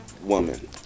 woman